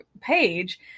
page